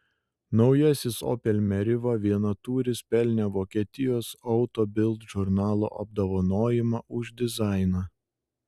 naujasis opel meriva vienatūris pelnė vokietijos auto bild žurnalo apdovanojimą už dizainą